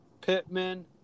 Pittman